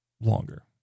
longer